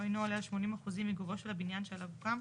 או אינו עולה על 80 אחוזים מגובהו של הבניין שעליו הוקם,